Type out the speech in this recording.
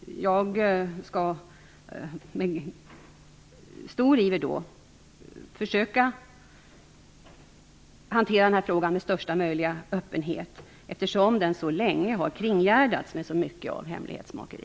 Jag skall med stor iver försöka hantera denna fråga med största möjliga öppenhet, eftersom den så länge har kringgärdats med så mycket av hemlighetsmakeri.